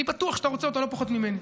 אני בטוח שאתה רוצה אותה לא פחות ממני,